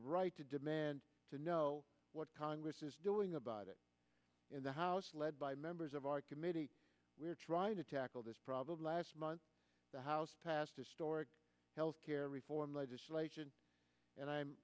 right to demand to know what congress is doing about it in the house led by members of our committee we're trying to tackle this problem last month the house passed historic health care reform legislation and i'm